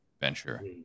venture